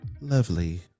lovely